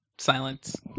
Silence